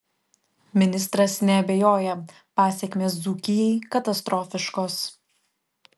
ministras neabejoja pasekmės dzūkijai katastrofiškos